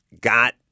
got